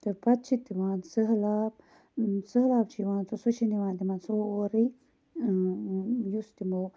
پَتہٕ چھِ یِوان سہلاب سہلاب چھُ یِوان تہٕ سُہ چھُ نِوان تِمَن سورُے یُس تِمو